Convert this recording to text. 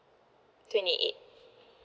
twenty eight